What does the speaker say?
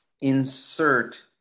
insert